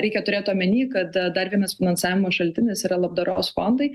reikia turėt omeny kada dar vienas finansavimo šaltinis yra labdaros fondai